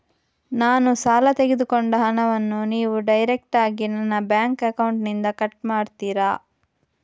ನಾನು ಸಾಲ ತೆಗೆದುಕೊಂಡ ಹಣವನ್ನು ನೀವು ಡೈರೆಕ್ಟಾಗಿ ನನ್ನ ಬ್ಯಾಂಕ್ ಅಕೌಂಟ್ ಇಂದ ಕಟ್ ಮಾಡ್ತೀರಾ?